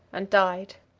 and died.